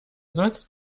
sonst